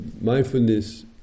mindfulness